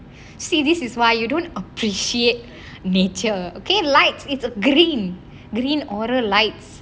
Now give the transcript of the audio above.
see this is why you don't appreciate nature okay light it's a green green aura lights